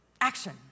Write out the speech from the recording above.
action